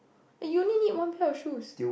but you only need one pair of shoes